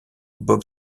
bob